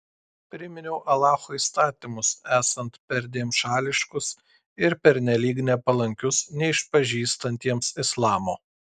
priminiau alacho įstatymus esant perdėm šališkus ir pernelyg nepalankius neišpažįstantiems islamo